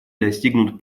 достигнут